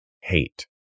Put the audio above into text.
hate